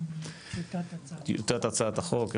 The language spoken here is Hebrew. טיוטת הצעת החוק.